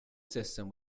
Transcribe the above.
system